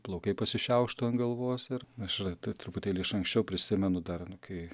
plaukai pasišiauštų ant galvos ir aš žinai t truputėlį iš anksčiau prisimenu dar nu kai